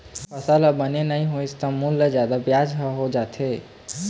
फसल ह बने नइ होइस त मूल ले जादा बियाज ह हो जाथे